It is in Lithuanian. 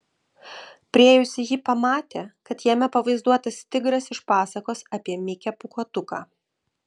priėjusi ji pamatė kad jame pavaizduotas tigras iš pasakos apie mikę pūkuotuką